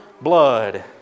blood